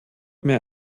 mehr